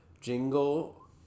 Jingle